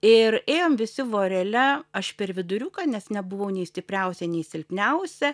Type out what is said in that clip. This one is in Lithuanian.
ir ėjom visi vorele aš per viduriuką nes nebuvau nei stipriausia nei silpniausia